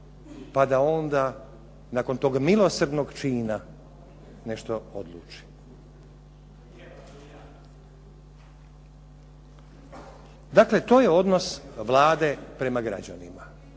pa da onda nakon tog milosrdnog čina nešto odluči. Dakle, to je odnos Vlade prema građanima,